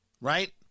Right